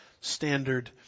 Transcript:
standard